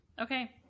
Okay